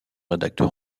rédacteur